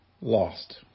lost